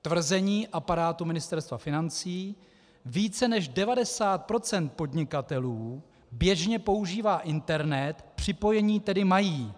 Tvrzení aparátu Ministerstva financí: Více než 90 % podnikatelů běžně používá internet, připojení tedy mají.